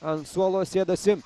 ant suolo sėdasi